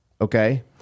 okay